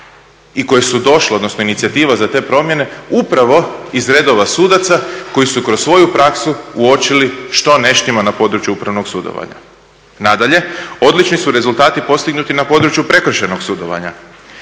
i koje su došle, odnosno inicijativa za te promjene upravo iz redova sudaca koji su kroz svoju praksu uočili što ne štima na području upravnog sudovanja. Nadalje, odlični su rezultati postignuti na području prekršajnog sudovanja.